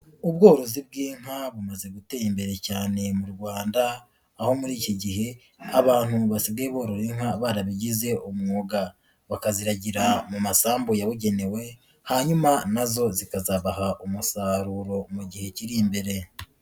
Ubworozi bw'inka bumaze gutera imbere cyane mu Rwanda, aho muri iki gihe abantu basigaye borora inka barabigize umwuga bakaziragira mu masambu yabugenewe hanyuma na zo zikazabaha umusaruro mu gihe kiri imbere.